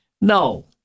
no